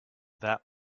that